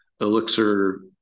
Elixir